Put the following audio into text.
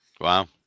Wow